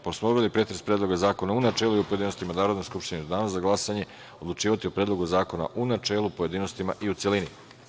Pošto smo obavili pretres Predloga zakona u načelu i u pojedinostima, Narodna skupština će u danu za glasanje odlučivati o Predlogu zakona u načelu, pojedinostima i u celini.